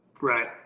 Right